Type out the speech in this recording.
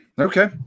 Okay